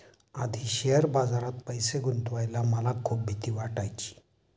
आधी शेअर बाजारात पैसे गुंतवायला मला खूप भीती वाटायची